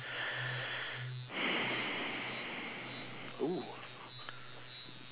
!woo!